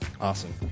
awesome